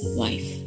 wife